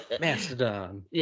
Mastodon